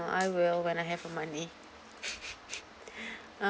I will when I have money uh